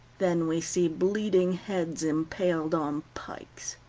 then we see bleeding heads impaled on pikes.